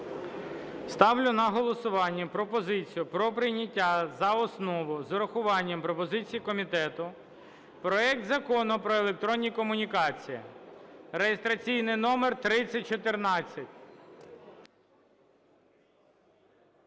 Ставлю на голосування пропозицію про прийняття за основу з урахуванням пропозицій комітету проект Закону про електронні комунікації, (реєстраційний номер 3014)